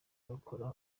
bakora